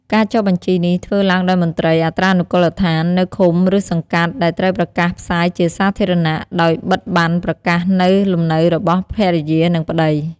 ការចុះបញ្ជីនេះធ្វើឡើងដោយមន្ត្រីអត្រានុកូលដ្ឋាននៅឃុំ ឬសង្កាត់ ដែលត្រូវប្រកាសផ្សាយជាសាធារណៈ ដោយបិទប័ណ្ណប្រកាសនៅលំនៅរបស់ ភរិយា និងប្ដី។